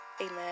amen